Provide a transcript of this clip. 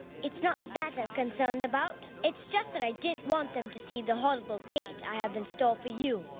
it's not that i am concerned about. it's just that i didn't want them to see the horrible fate i have in store for you.